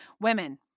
Women